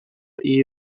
iyi